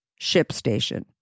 ShipStation